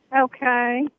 Okay